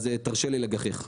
אז תרשה לי לגחך.